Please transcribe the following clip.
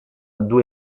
due